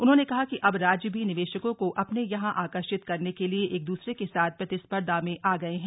उन्होंने कहा कि अब राज्य भी निवेशकों को अपने यहां आकर्षित करने के लिए एक दूसरे के साथ प्रतिस्पर्धा में आ गये हैं